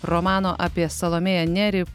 romano apie salomėją nėrį